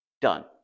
done